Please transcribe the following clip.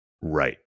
Right